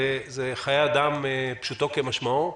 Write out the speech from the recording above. זה חיי אדם, פשוטו כמשמעו.